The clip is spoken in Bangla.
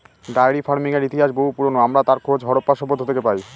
ডায়েরি ফার্মিংয়ের ইতিহাস বহু পুরোনো, আমরা তার খোঁজ হরপ্পা সভ্যতা থেকে পাই